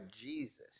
Jesus